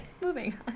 moving